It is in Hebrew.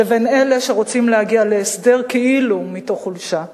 לבין אלה שרוצים להגיע להסדר כאילו מתוך חולשה.